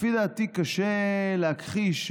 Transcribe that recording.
לפי דעתי קשה להכחיש,